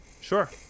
Sure